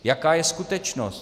Jaká je skutečnost?